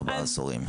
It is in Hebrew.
הסברה.